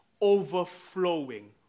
overflowing